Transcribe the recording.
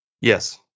Yes